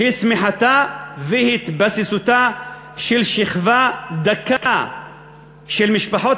היא צמיחתה והתבססותה של שכבה דקה של משפחות